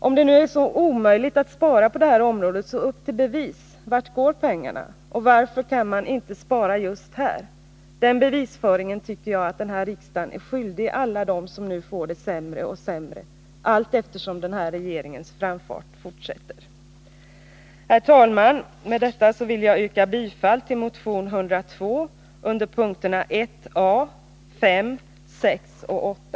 Om det nu är så omöjligt att spara på detta område, så upp till bevis. Vart går pengarna? Och varför kan man inte spara just här? Bevisföringen härvidlag tycker jag att riksdagen är skyldig alla dem som nu får det sämre och sämre allteftersom den här regeringens framfart fortsätter. Herr talman! Med det anförda vill jag yrka bifall till motion 102 under punkterna 1a, 5, 6 och 8.